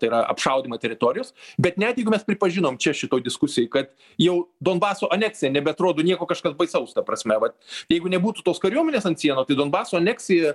tai yra apšaudymą teritorijos bet net jeigu mes pripažinom čia šitoj diskusijoj kad jau donbaso aneksija nebeatrodo nieko kažkas baisaus ta prasme vat jeigu nebūtų tos kariuomenės ant sienų tai donbaso aneksija